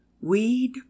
Weed